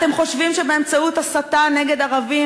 אתם חושבים שבאמצעות הסתה נגד ערבים